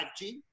5G